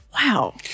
Wow